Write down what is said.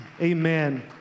Amen